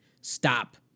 Stop